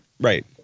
Right